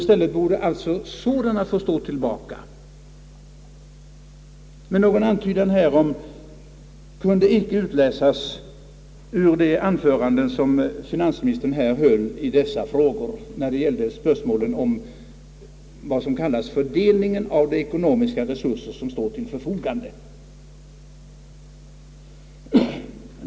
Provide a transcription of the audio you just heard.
Sådana borde få stå tillbaka, men någon antydan härom kunde icke utläsas ur de anföranden som finansministern här höll om vad som kallas fördelningen av de ekonomiska resurser som står till förfogande.